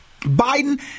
Biden